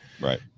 Right